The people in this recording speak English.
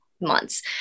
months